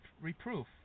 reproof